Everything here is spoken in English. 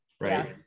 Right